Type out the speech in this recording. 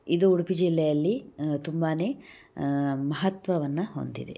ಇದು ಉಡುಪಿ ಜಿಲ್ಲೆಯಲ್ಲಿ ತುಂಬಾ ಮಹತ್ವವನ್ನು ಹೊಂದಿದೆ